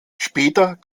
später